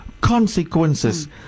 consequences